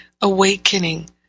awakening